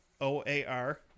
O-A-R